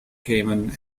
cayman